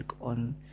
on